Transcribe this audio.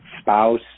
spouse